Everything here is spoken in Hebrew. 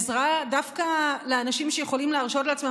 עזרה דווקא לאנשים שיכולים להרשות לעצמם